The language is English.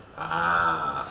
ah